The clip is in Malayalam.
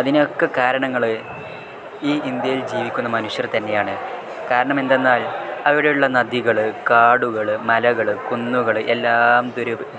അതിനൊക്കെ കാരണങ്ങൾ ഈ ഇന്ത്യയിൽ ജീവിക്കുന്ന മനുഷ്യർ തന്നെയാണ് കാരണമെന്തെന്നാൽ അവിടെയുള്ള നദികൾ കാടുകൾ മലകൾ കുന്നുകൾ എല്ലാം